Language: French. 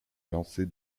lancer